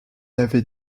avait